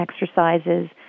exercises